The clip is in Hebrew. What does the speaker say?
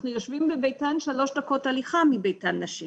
אנחנו יושבים בביתן של שלוש דקות הליכה מביתן נשים